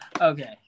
Okay